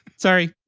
sorry.